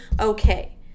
okay